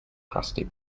crusty